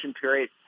period